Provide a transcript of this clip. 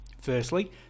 Firstly